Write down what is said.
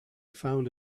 found